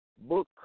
book